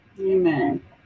Amen